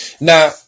Now